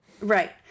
Right